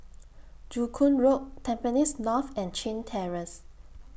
Joo Koon Road Tampines North and Chin Terrace